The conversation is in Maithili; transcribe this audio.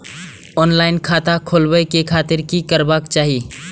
ऑनलाईन खाता खोलाबे के खातिर कि करबाक चाही?